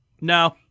No